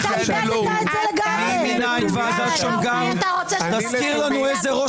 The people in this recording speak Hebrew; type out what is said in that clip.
אני שואלת אותך אם יו"ר ועדת חוקה במדינת ישראל אמור לשאול שאלות כאלה.